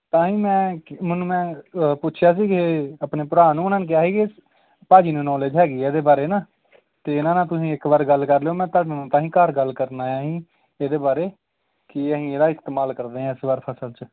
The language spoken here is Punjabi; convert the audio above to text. ਤਾਂ ਹੀ ਮੈਂ ਮੈਨੂੰ ਮੈਂ ਪੁੱਛਿਆ ਸੀ ਕਿ ਆਪਣੇ ਭਰਾ ਨੂੰ ਉਹਨਾਂ ਨੇ ਕਿਹਾ ਸੀ ਕਿ ਭਾਅ ਜੀ ਨੂੰ ਨੌਲੇਜ ਹੈਗੀ ਆ ਇਹਦੇ ਬਾਰੇ ਨਾ ਅਤੇ ਇਹਨਾਂ ਨਾਲ ਤੁਸੀਂ ਇੱਕ ਵਾਰ ਗੱਲ ਕਰ ਲਿਓ ਮੈਂ ਤੁਹਾਨੂੰ ਤਾਂ ਹੀ ਘਰ ਗੱਲ ਕਰਨ ਆਇਆ ਸੀ ਇਹਦੇ ਬਾਰੇ ਕਿ ਅਸੀਂ ਇਹਦਾ ਇਸਤੇਮਾਲ ਕਰਦੇ ਆ ਇਸ ਵਾਰ ਫਸਲ 'ਚ